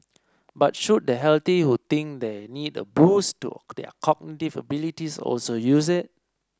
but should the healthy who think they need a boost to their cognitive abilities also use it